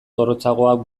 zorrotzagoak